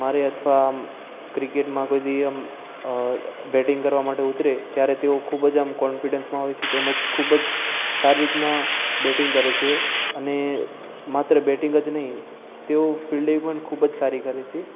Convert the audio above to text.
મારે અથવા ક્રિકેટમાં કોઈ દી એમ બેટિંગ કરવા માટે ઉતરે ત્યારે તેઓ ખૂબ જ આમ કોન્ફિડન્સમાં હોય છે તેમજ ખૂબ જ સારી રીતના બેટિંગ કરે છે અને માત્ર બેટિંગ જ નહીં તેઓ ફિલ્ડિંગ પણ ખૂબ જ સારી કરે છે